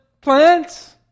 plants